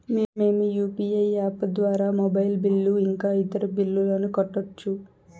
మేము UPI app ద్వారా mobile bill ఇంకా ఇతర బిల్లులను కట్టొచ్చు